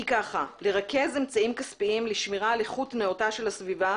היא: "לרכז אמצעים כספיים לשמירה על איכות נאותה של הסביבה,